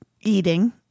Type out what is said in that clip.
eating